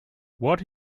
what